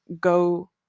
go